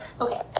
Okay